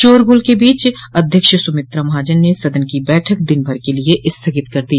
शोरग़ल के बीच अध्यक्ष सुमित्रा महाजन ने सदन की बैठक दिन भर के लिए स्थगित कर दी